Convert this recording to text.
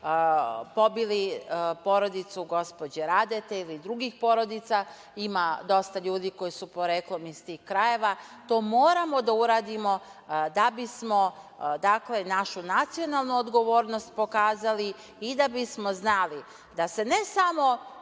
pobili porodicu gospođe Radete ili drugih porodica. Ima dosta ljudi koji su poreklom iz tih krajeva. To moramo da uradimo da bismo našu nacionalnu odgovornost pokazali i da bismo znali da se ne samo